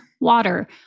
water